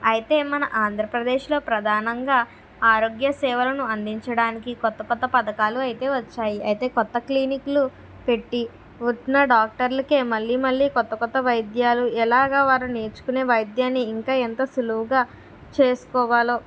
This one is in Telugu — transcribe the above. అయితే మన ఆంధ్రప్రదేశ్లో ప్రధానంగా ఆరోగ్య సేవలను అందించడానికి కొత్త కొత్త పథకాలు అయితే వచ్చాయి అయితే కొత్త క్లినిక్లు పెట్టి ఉన్న డాక్టర్ లకే మళ్ళీ మళ్ళీ కొత్త కొత్త వైద్యాలు ఎలాగా వారు నేర్చుకునే వైద్యాన్ని ఇంకా ఎంత సులువుగా చేసుకోవాలో